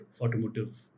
automotive